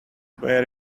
where